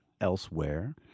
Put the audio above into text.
elsewhere